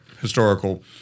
historical